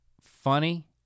funny